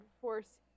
force